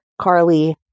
Carly